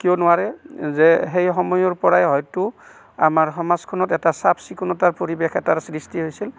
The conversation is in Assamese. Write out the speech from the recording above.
কিয় নোৱাৰে যে সেই সময়ৰে পৰাই হয়তো আমাৰ সমাজখনত এটা চাফ চিকুণতাৰ পৰিৱেশ এটাৰ সৃষ্টি হৈছিল